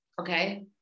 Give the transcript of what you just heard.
Okay